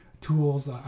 tools